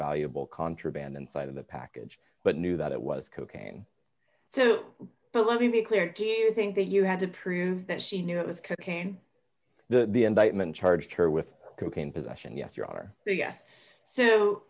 valuable contraband inside of the package but knew that it was cocaine so but let me be clear do you think that you have to prove that she knew it was cocaine the indictment charged her with cocaine possession yes you are yes so